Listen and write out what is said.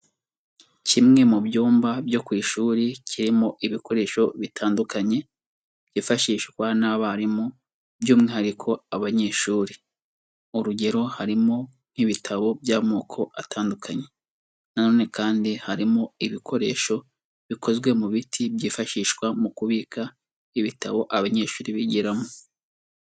Kimwe mu byumba byo ku ishuri kirimo ibikoresho bitandukanye byifashishwa n'abarimu, by'umwihariko abanyeshuri, urugero harimo nk'ibitabo by'amoko atandukanye, nanone kandi harimo ibikoresho bikozwe mu biti byifashishwa mu kubika ibitabo abanyeshuri bigiramo.